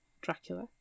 Dracula